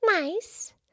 Nice